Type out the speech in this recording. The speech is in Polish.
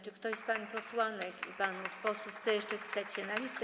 Czy ktoś z pań posłanek i panów posłów chce jeszcze zapisać się na listę?